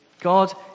God